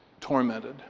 tormented